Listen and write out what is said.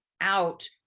out